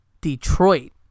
Detroit